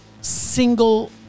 single